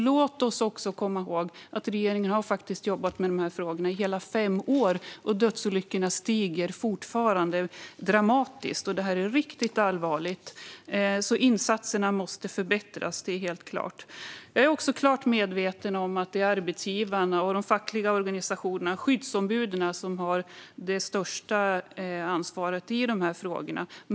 Låt oss också komma ihåg att regeringen faktiskt har jobbat med dessa frågor i hela fem år, men antalet dödsolyckor stiger fortfarande dramatiskt. Det är riktigt allvarligt, och att insatserna måste förbättras är helt klart. Jag är också klart medveten om att det är arbetsgivarna, de fackliga organisationerna och skyddsombuden som har det största ansvaret i de här frågorna.